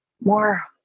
more